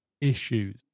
issues